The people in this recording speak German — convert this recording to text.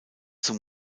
zum